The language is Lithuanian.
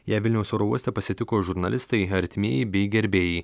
ją vilniaus oro uoste pasitiko žurnalistai artimieji bei gerbėjai